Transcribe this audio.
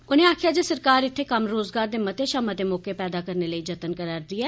उनें आक्खेआ जे सरकार इत्थे कम्मरोज़गार दे मते षा मते मौके पैदा करने लेई जनत करै रदी ऐ